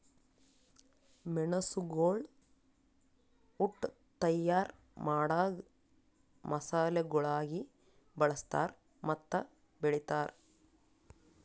ಮೆಣಸುಗೊಳ್ ಉಟ್ ತೈಯಾರ್ ಮಾಡಾಗ್ ಮಸಾಲೆಗೊಳಾಗಿ ಬಳ್ಸತಾರ್ ಮತ್ತ ಬೆಳಿತಾರ್